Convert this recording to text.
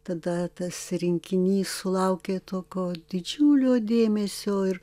tada tas rinkinys sulaukė tokio didžiulio dėmesio ir